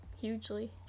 hugely